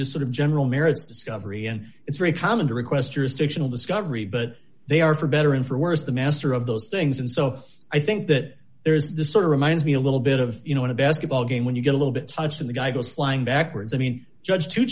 just sort of general merits discovery and it's very common to requestors fictional discovery but they are for better and for worse the master of those things and so i think that there is this sort of reminds me a little bit of you know in a basketball game when you get a little bit of the guy goes flying backwards i mean judge t